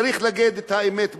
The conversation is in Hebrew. צריך להגיד את האמת בעיניים.